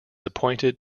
appointed